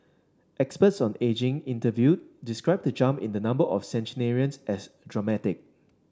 experts on ageing interviewed described the jump in the number of centenarians as dramatic